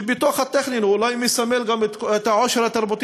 שבתוך הטכניון אולי מסמל גם את העושר התרבותי